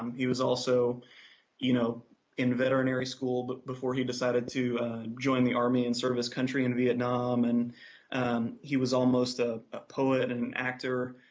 um he was also you know in veterinary school but before he decided to join the army and service the country in vietnam, and and he was almost a ah poet and actor,